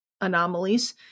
anomalies